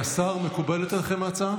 השר, מקובלת עליכם ההצעה